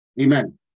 amen